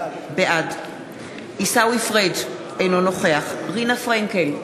בעד עיסאווי פריג' אינו נוכח רינה פרנקל,